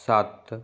ਸੱਤ